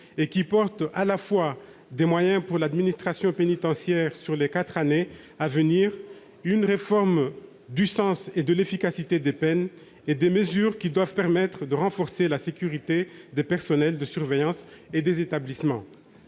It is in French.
qui prévoit à la fois des moyens pour l'administration pénitentiaire sur les quatre années à venir, une réforme du sens et de l'efficacité des peines, et des mesures qui doivent permettre de renforcer la sécurité des personnels de surveillance et des établissements.